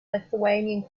lithuanian